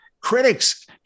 Critics